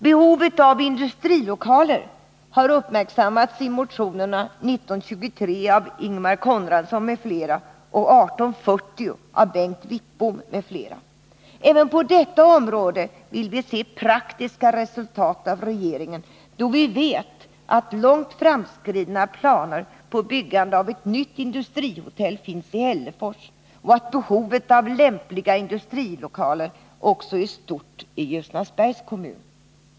Behovet av industrilokaler har uppmärksammats i motionerna 1923 av Ingemar Konradsson m.fl. och 1840 av Bengt Wittbom m.fl. Även på detta område vill vi se praktiska resultat från regeringen, då vi vet att långt framskridna planer på byggande av ett nytt industrihotell finns i Hällefors och att behovet av lämpliga industrilokaler också är stort i Ljusnarsbergs kommun.